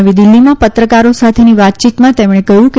નવી દીલ્ફીમાં પત્રકારો સાથેની વાતચીતમાં તેમણે કહ્યું કે છે